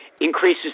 increases